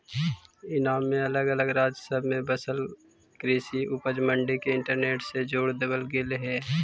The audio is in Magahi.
ईनाम में अलग अलग राज्य सब में बसल कृषि उपज मंडी के इंटरनेट से जोड़ देबल गेलई हे